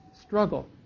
struggle